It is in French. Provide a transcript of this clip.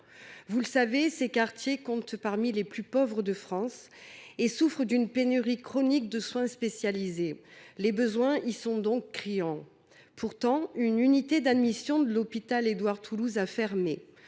Vous le savez, ces derniers comptent parmi les plus pauvres de France et souffrent d’une pénurie chronique de soins spécialisés. Les besoins y sont donc criants. Pourtant, une unité d’admission de l’hôpital Édouard Toulouse a fermé.